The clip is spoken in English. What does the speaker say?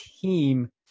team